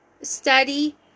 study